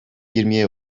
yirmiye